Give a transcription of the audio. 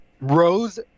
Rose